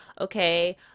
Okay